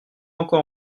encore